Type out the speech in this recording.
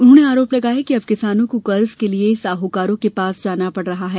उन्होंने आरोप लगाया कि अब किसानों को कर्ज के लिए साहकारों के पास जाना पड़ रहा है